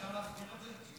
אדוני, אפשר להסביר את זה?